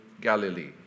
Galilee